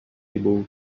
able